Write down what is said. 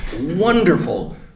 wonderful